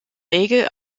regel